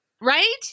Right